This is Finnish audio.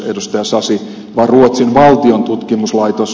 sasi vaan ruotsin valtion tutkimuslaitos